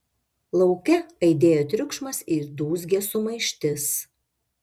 lauke aidėjo triukšmas ir dūzgė sumaištis